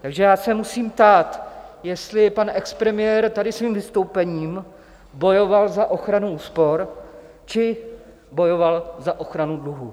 Takže já se musím ptát, jestli pan expremiér tady svým vystoupením bojoval za ochranu úspor, či bojoval za ochranu dluhů.